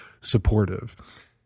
supportive